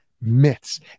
myths